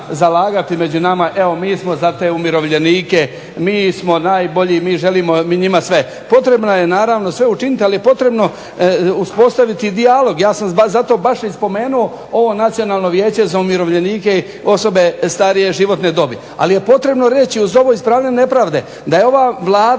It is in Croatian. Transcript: među nama evo mi smo za te umirovljenike, mi smo najbolji, mi želimo, potrebno je sve učiniti ali je potrebno uspostaviti dijalog. Ja sam baš spomenuo nacionalno vijeće za umirovljenike, osobe starije životne dobi. Ali je potrebno reći uz ovo ispravljanje nepravde da je ova Vlada